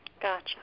Gotcha